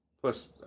Plus